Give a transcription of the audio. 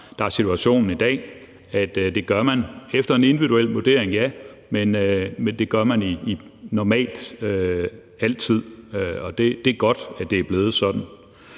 for er situationen i dag. Det gør man efter en individuel vurdering, ja, men det gør man normalt altid. Og det er godt, at det er blevet sådan.